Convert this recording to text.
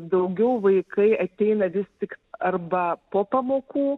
daugiau vaikai ateina vis tik arba po pamokų